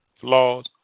flaws